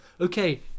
okay